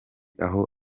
aho